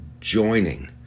joining